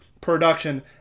production